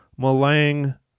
Malang